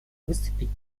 выступить